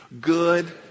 good